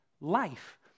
Life